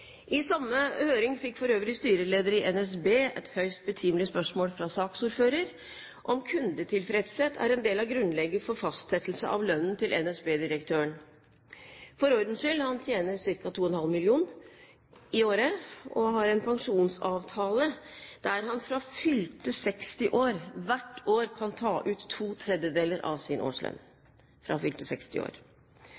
I samme høring fikk for øvrig styrelederen i NSB et høyst betimelig spørsmål fra saksordføreren om hvorvidt kundetilfredshet er en del av grunnlaget for fastsettelse av lønnen til NSB-direktøren. For ordens skyld: Han tjener ca. 2,5 mill. kr i året og har en pensjonsavtale der han hvert år fra fylte 60 år kan ta ut to tredjedeler av sin årslønn.